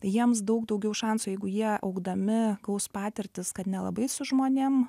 jiems daug daugiau šansų jeigu jie augdami gaus patirtis kad nelabai su žmonėm